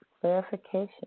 clarification